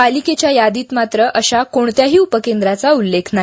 पालिकेच्या यादीत मात्र अशा कोणत्याही उपकेंद्राचा उल्लेख नाही